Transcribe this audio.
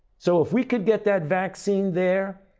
so if we can get that vaccine there,